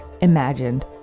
imagined